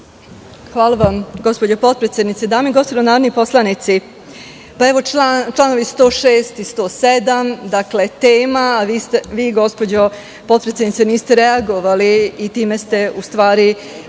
Hvala vam, gospođo potpredsednice. Dame i gospodo narodni poslanici, članovi 106. i 107. dakle tema. Vi gospođo potpredsednice niste reagovali, i time ste u stvari povredili